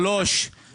שאלה נוספת.